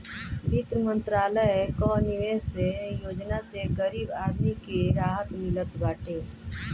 वित्त मंत्रालय कअ निवेश योजना से गरीब आदमी के राहत मिलत बाटे